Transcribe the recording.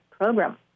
program